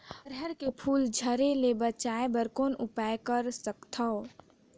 अरहर के फूल झरे ले बचाय बर कौन उपाय कर सकथव?